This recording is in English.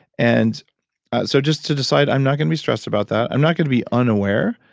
and so just to decide, i'm not gonna be stressed about that. i'm not gonna be unaware,